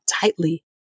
tightly